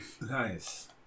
Nice